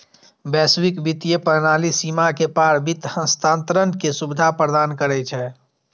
वैश्विक वित्तीय प्रणाली सीमा के पार वित्त हस्तांतरण के सुविधा प्रदान करै छै